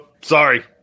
Sorry